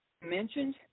mentioned